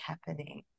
happening